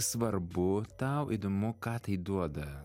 svarbu tau įdomu ką tai duoda